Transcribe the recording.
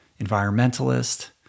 environmentalist